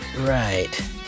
right